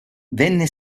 venne